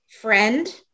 friend